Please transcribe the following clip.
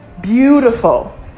beautiful